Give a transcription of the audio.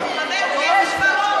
חבר הכנסת בר-און,